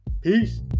Peace